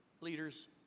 leaders